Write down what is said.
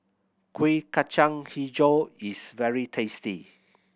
Kuih Kacang Hijau is very tasty